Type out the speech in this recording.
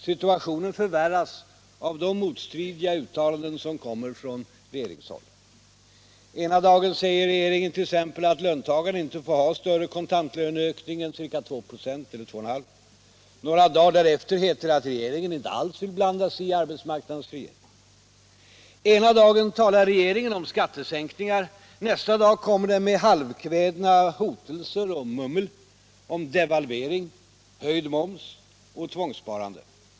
Situationen förvärras av de motstridiga uttalanden som kommer från regeringshåll. Ena dagen säger regeringen t.ex. att löntagarna inte får ha större kontantlöneökning än 2-2,5 96. Några dagar därefter heter det att regeringen inte alls vill blanda sig i arbetsmarknadsparternas frihet. Ena dagen talar regeringen om skattesänkningar. Nästa dag kommer den med halvkvädna hotelser och mummel om devalvering, höjd moms och tvångssparande.